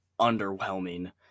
underwhelming